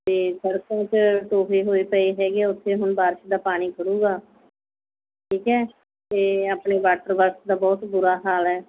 ਅਤੇ ਸੜਕਾਂ 'ਚ ਟੋਏ ਹੋਏ ਪਏ ਹੈਗੇ ਉੱਥੇ ਹੁਣ ਬਾਰਿਸ਼ ਦਾ ਪਾਣੀ ਖੜ੍ਹੇਗਾ ਠੀਕ ਹੈ ਅਤੇ ਆਪਣੀ ਵਾਟਰ ਬਕਸ ਦਾ ਬਹੁਤ ਬੁਰਾ ਹਾਲ ਹੈ